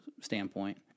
standpoint